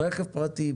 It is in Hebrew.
רכב פרטי,